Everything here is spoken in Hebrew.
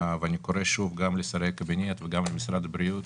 ואני קורא שוב גם לשרי הקבינט וגם למשרד הבריאות